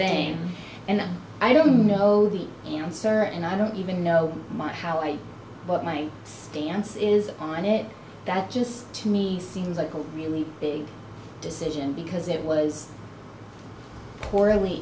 again and i don't know the answer and i don't even know my how i what my stance is on it that just to me seems like a really big decision because it was poorly